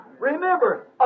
Remember